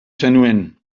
zenuen